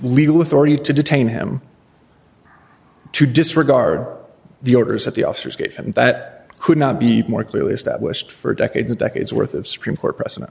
legal authority to detain him to disregard the orders that the officers gave that could not be more clearly established for decades and decades worth of supreme court precedent